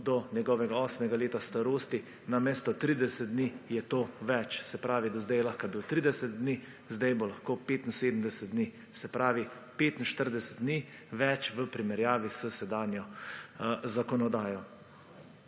do njegovega osmega leta starosti namesto 30 dni, je to več. Se pravi, do zdaj je lahko bil 30 dni, zdaj bo lahko 75 dni, se pravi, 45 dni več v primerjavi s sedanjo zakonodajo.